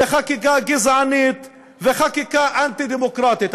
וחקיקה גזענית, וחקיקה אנטי-דמוקרטית.